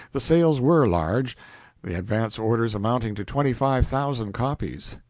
the sales were large, the advance orders amounting to twenty-five thousand copies,